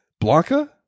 Blanca